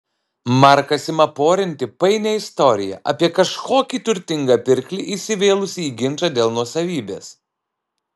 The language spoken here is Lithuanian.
markas ima porinti painią istoriją apie kažkokį turtingą pirklį įsivėlusį į ginčą dėl nuosavybės